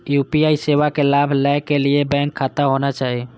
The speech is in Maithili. यू.पी.आई सेवा के लाभ लै के लिए बैंक खाता होना चाहि?